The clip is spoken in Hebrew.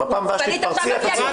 בפעם הבאה שתתפרצי, את יוצאת.